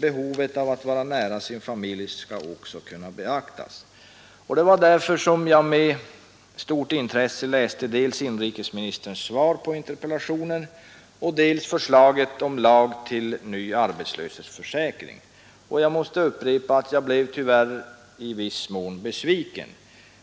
Behovet att exempelvis vara nära sin familj skall också kunna beaktas. Det var därför med stort intresse som jag läste dels inrikesministerns svar på min interpellation, dels förslaget till ny lag om arbetslöshetsförsäkringen. Jag måste upprepa att jag tyvärr blev besviken.